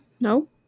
no